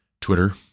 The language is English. Twitter